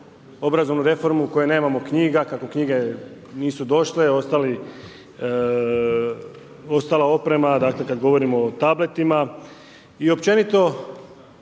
obrazovnu reformu, nemamo knjiga, kako knjige nisu došle, ostala oprema dakle kad govorimo o tabletima, i općenito